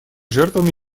жертвами